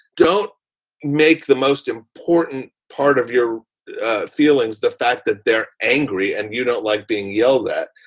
don't make the most important part of your feelings, the fact that they're angry and you don't like being yelled at.